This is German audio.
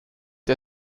der